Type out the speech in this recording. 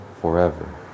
forever